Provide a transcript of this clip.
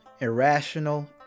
irrational